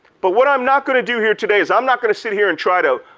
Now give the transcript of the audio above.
but what i'm not gonna do here today is i'm not gonna sit here and try to,